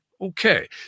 okay